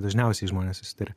dažniausiai žmonės susiduria